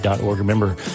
Remember